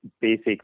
basic